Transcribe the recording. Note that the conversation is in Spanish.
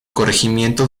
corregimiento